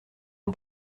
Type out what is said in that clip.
mon